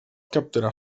capturar